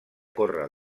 córrer